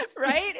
right